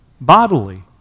bodily